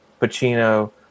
Pacino